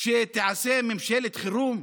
שתהיה ממשלת חירום,